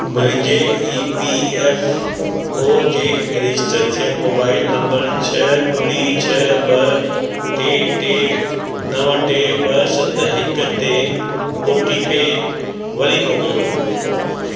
मुंहिंजे E P F O जे register थियलु मोबाइल नंबर छह ॿुड़ी छह ॿ टे टे नव टे ॿ सत हिकु ते ओ टी पी वरी मोकिलियो